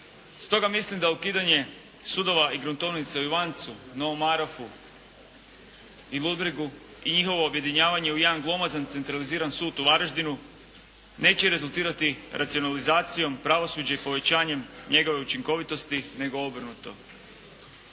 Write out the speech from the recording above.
Stoga mislim da ukidanje sudova i gruntovnice u Ivancu, Novom Marofu i Ludbregu i njihovo objedinjavanje u jedan glomazan centralizirani sud u Varaždinu neće rezultirati racionalizacijom pravosuđa i povećanjem njegove učinkovitosti nego obrnuto.